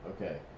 okay